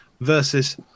versus